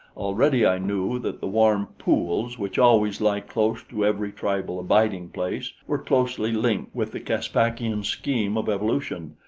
already i knew that the warm pools which always lie close to every tribal abiding-place were closely linked with the caspakian scheme of evolution,